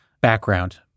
background